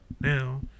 now